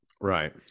right